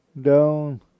Down